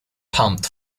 pumped